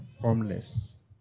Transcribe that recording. Formless